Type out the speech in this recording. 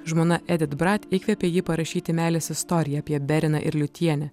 žmona edit brat įkvėpė jį parašyti meilės istoriją apie bereną ir liūtjenę